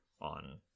on